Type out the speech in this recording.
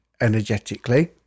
energetically